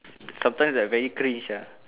sometimes I very cringe ah